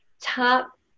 top